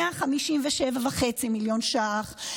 157.5 מיליון ש"ח,